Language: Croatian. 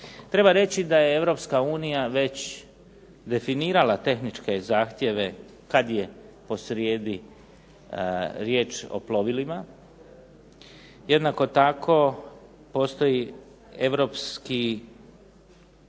Treba reći da je Europska unija već definirala tehničke zahtjeve kad je posrijedi riječ o plovilima. Jednako tako postoji europski